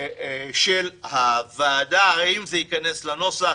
של הוועדה האם זה ייכנס לנוסח,